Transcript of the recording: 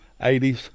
80s